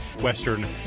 western